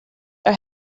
are